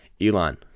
Elon